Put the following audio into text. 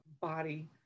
body